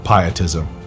pietism